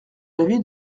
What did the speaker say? l’avis